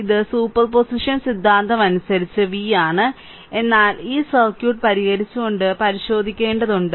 ഇത് സൂപ്പർപോസിഷൻ സിദ്ധാന്തമനുസരിച്ച് v ആണ് എന്നാൽ ഈ സർക്യൂട്ട് പരിഹരിച്ചുകൊണ്ട് പരിശോധിക്കേണ്ടതുണ്ട്